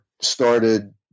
started